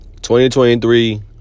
2023